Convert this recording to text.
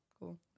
cool